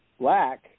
black